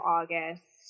August